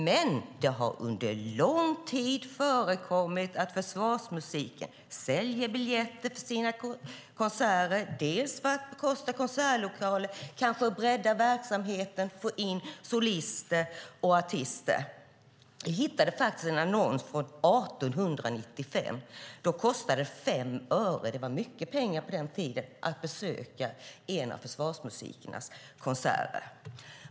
Men det har under lång tid förekommit att försvarsmusiken säljer biljetter till sina konserter för att bekosta konsertlokaler, kanske för att bredda verksamheten och få in solister och artister. Jag hittade faktiskt en annons från 1895. Då kostade det 5 öre - det var mycket pengar på den tiden - att besöka en av försvarsmusikens konserter.